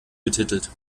betitelt